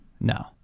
No